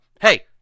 hey